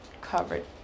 covered